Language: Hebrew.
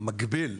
מקביל,